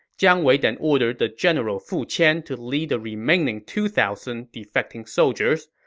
jiang wei then ordered the general fu qian to lead the remaining two thousand defecting soldiers.